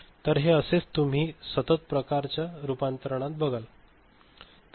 तर हे असेच तुम्ही सतत प्रकारच्या रूपांतरणात बघाल